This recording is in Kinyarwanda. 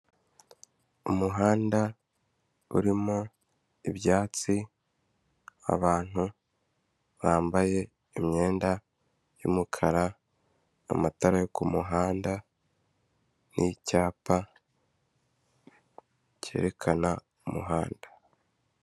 Umuhanda urimo ibyatsi, abantu bambaye imyenda y'umukara, amatara yo ku muhanda n'icyapa cyerekana umuhanda.